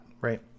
Right